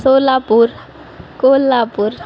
Solapur Kolhapur